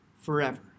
forever